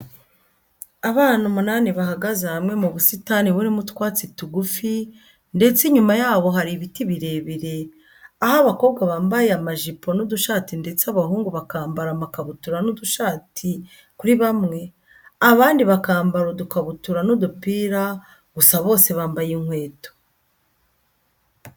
Abana umunani bahagze hamwe mu busitani burimo utwatsi tugufi ndetse inyuma y'abo hari ibiti birebire aho abakobwa bambaye amajipo n'udushati ndetse abahungu bakambara amakabutura n'udushati kuri bamwe, abandi bakambara udukabutura n'udupira gusa bose bambaye inkweto.